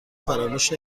فراموش